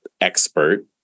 expert